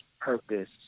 purpose